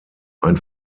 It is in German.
ein